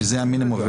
שזה המינימום,